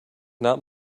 not